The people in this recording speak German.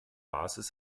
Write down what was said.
basis